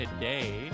today